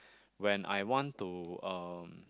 when I want to um